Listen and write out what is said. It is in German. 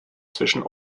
zwischen